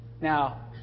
Now